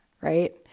right